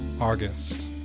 August